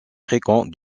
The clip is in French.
fréquents